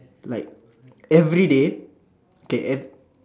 like everyday okay ev~